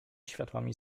światłami